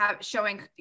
showing